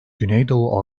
güneydoğu